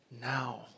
now